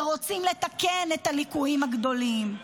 ורוצים לתקן את הליקויים הגדולים.